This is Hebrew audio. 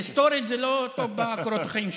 היסטורית זה לא טוב בקורות החיים שלך.